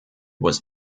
was